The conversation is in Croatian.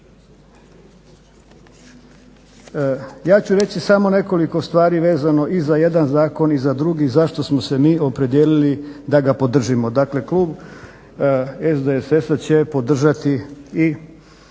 Ja ću reći samo nekoliko stvari vezano i za jedan zakon i za drugi zašto smo se mi opredijelili da ga podržimo. Dakle klub SDSS-a će podržati i